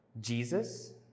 Jesus